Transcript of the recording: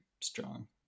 strong